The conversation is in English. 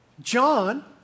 John